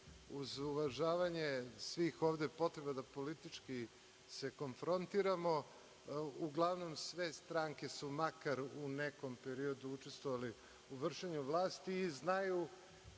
uvažavanje svih ovde potreba da politički se konfrontiramo, uglavnom sve stranke su makar u nekom periodu učestvovale u vršenju vlasti i znaju